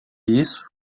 isso